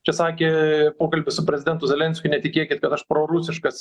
čia sakė pokalbis su prezidentu zelenskiu netikėkit kad aš prorusiškas